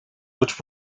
which